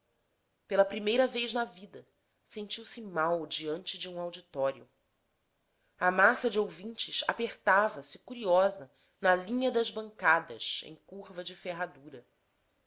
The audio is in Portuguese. pela primeira vez na vida sentiu-se mal diante de um auditório a massa de ouvintes apertava se curiosa na linha das bancadas em curva de ferradura